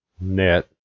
net